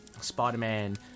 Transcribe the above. Spider-Man